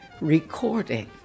recording